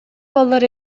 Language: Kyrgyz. балдар